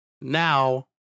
Now